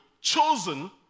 chosen